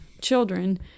children